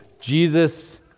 Jesus